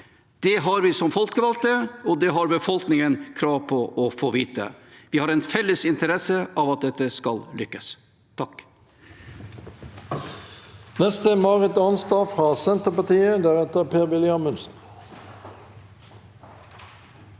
Det har vi som folkevalgte og det har befolkningen krav på å få vite. Vi har en felles interesse av at dette skal lykkes. Marit